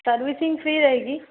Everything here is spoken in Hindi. सर्विसिंग फ्री रहेगी